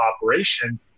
operation